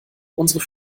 unsere